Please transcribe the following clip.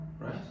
right